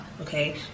okay